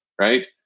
right